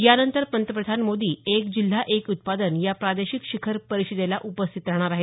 या नंतर पंतप्रधान मोदी एक जिल्हा एक उत्पादन या प्रादेशिक शिखर परिषदेला उपस्थित राहणार आहे